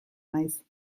naiz